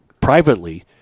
privately